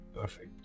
Perfect